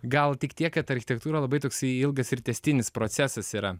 gal tik tiek kad architektūra labai toks ilgas ir tęstinis procesas yra